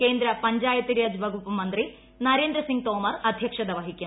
കേന്ദ്ര പഞ്ചായത്തീരാജ് വകുപ്പ് മന്ത്രി നരേന്ദ്രസിംഗ് തോമർ ആധൃക്ഷത വഹിക്കും